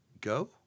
go